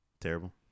Terrible